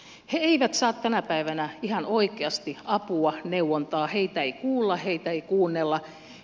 he eivät saa tänä päivänä ihan oikeasti apua neuvontaa heitä ei kuulla heitä ei kuunnella